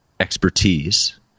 expertise